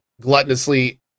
gluttonously